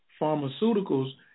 pharmaceuticals